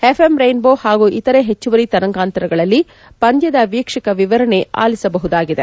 FM rainbow ಹಾಗೂ ಇತರೆ ಪೆಚ್ಚುವರಿ ತರಂಗಾಂತರಗಳಲ್ಲಿ ಪಂದ್ಲದ ವೀಕ್ಷಕ ವಿವರಣೆ ಆಲಿಸಬಹುದಾಗಿದೆ